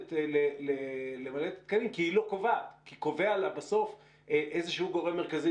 היכולת כי היא לא קובעת כי בסוף קובע לה איזשהו גורם מרכזי